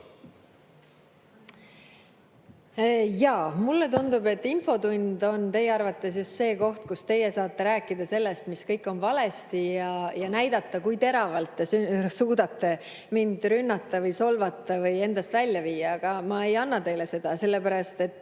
Jaa. Mulle tundub, et infotund on teie arvates just see koht, kus te saate rääkida sellest, mis kõik on valesti, ja näidata, kui teravalt te suudate mind rünnata, solvata või endast välja viia. Aga ma ei anna teile seda [võimalust], sellepärast et